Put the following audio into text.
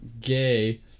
gay